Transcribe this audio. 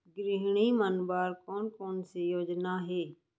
गृहिणी मन बर कोन कोन से योजना हे?